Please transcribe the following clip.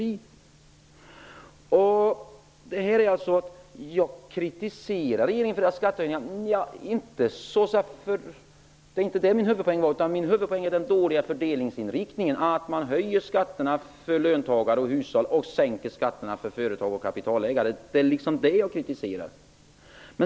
Min huvudpoäng var inte att kritisera regeringen för skattehöjningarna, utan det var den dåliga fördelningsinriktningen, att man höjer skatterna för löntagare och hushåll och sänker skatterna för företagare och kapitalägare. Det är detta som jag kritiserar.